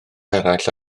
eraill